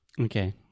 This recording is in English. Okay